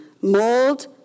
mold